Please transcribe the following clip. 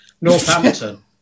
Northampton